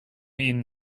ihnen